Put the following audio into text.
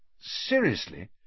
Seriously